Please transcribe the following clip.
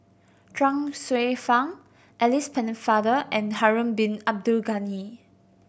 Chuang Hsueh Fang Alice Pennefather and Harun Bin Abdul Ghani